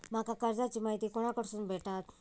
माका कर्जाची माहिती कोणाकडसून भेटात?